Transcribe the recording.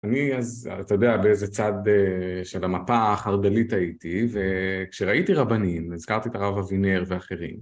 אני אז, אתה יודע באיזה צד של המפה החרדלית הייתי וכשראיתי רבנים הזכרתי את הרב אבינר ואחרים